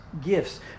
Gifts